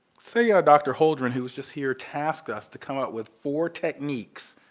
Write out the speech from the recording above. say yeah dr. holdren, who was just here, tasked us to come up with four techniques